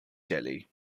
jelly